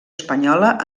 espanyola